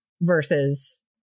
versus